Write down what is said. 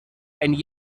and